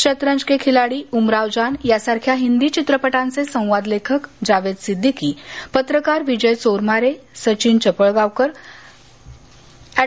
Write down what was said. शतरंज के खिलाडी उमराव जान या सारख्या हिंदी चित्रपटांचे संवाद लेखक जावेद सिद्दीकी पत्रकार विजय चोरमारे सचिन चपळगावकर अँड